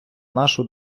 нашу